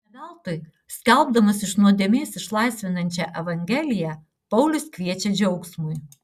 ne veltui skelbdamas iš nuodėmės išlaisvinančią evangeliją paulius kviečia džiaugsmui